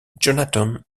jonathan